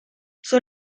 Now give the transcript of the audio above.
sur